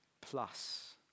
plus